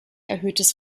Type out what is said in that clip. erhöhtes